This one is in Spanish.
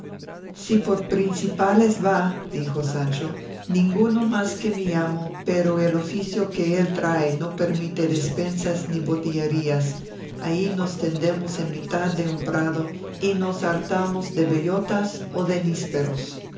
si por principales va dijo sancho ninguno más que mi amo pero el oficio que él trae no permite despensas ni botillerías ahí nos tendemos en mitad de un prado y nos hartamos de bellotas o de